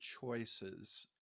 choices